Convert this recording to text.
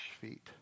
feet